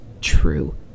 true